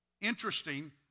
interesting